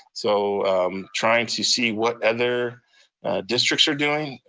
so i'm trying to see what other districts are doing.